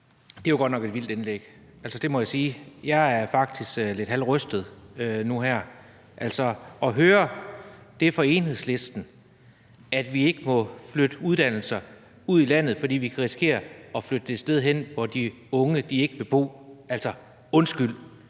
Det var godt nok et vildt indlæg, det må jeg altså sige. Jeg er faktisk lidt halvrystet nu her. At høre det fra Enhedslisten, at vi ikke må flytte uddannelser ud i landet, fordi vi kan risikere at flytte det et sted hen, hvor de unge ikke vil bo. Undskyld,